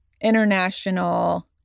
international